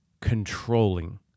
controlling